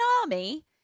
army